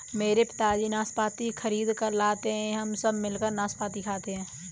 मेरे पिताजी नाशपाती खरीद कर लाते हैं हम सब मिलकर नाशपाती खाते हैं